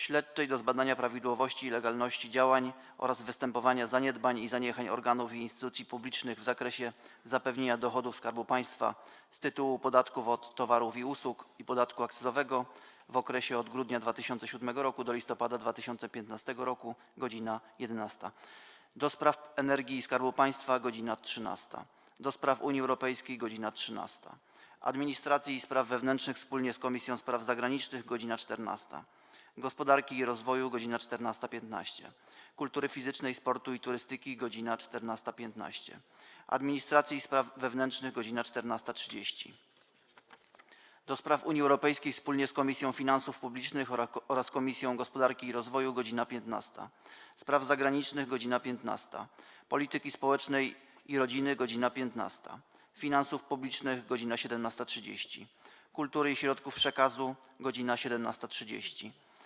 Śledczej do zbadania prawidłowości i legalności działań oraz występowania zaniedbań i zaniechań organów i instytucji publicznych w zakresie zapewnienia dochodów Skarbu Państwa z tytułu podatku od towarów i usług i podatku akcyzowego w okresie od grudnia 2007 r. do listopada 2015 r. - godz. 11, - do Spraw Energii i Skarbu Państwa - godz. 13, - do Spraw Unii Europejskiej - godz. 13, - Administracji i Spraw Wewnętrznych wspólnie z Komisją Spraw Zagranicznych - godz. 14, - Gospodarki i Rozwoju - godz. 14.15, - Kultury Fizycznej, Sportu i Turystyki - godz. 14.15, - Administracji i Spraw Wewnętrznych - godz. 14.30, - do Spraw Unii Europejskiej wspólnie z Komisją Finansów Publicznych oraz Komisją Gospodarki i Rozwoju - godz. 15, - Spraw Zagranicznych - godz. 15, - Polityki Społecznej i Rodziny - godz. 15, - Finansów Publicznych - godz. 17.30, - Kultury i Środków Przekazu - godz. 17.30,